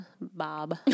Bob